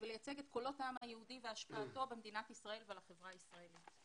ולייצג את קולות העם היהודי והשפעתו במדינת ישראל ועל החברה הישראלית.